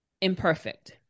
imperfect